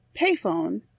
payphone